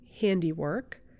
handiwork